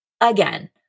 Again